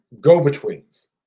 go-betweens